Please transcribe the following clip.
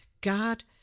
God